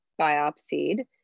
biopsied